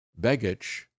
Begich